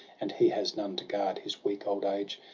and he has none to guard his weak old age.